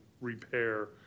repair